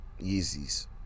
Yeezy's